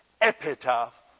epitaph